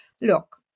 look